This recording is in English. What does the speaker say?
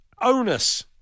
onus